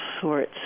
sorts